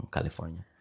California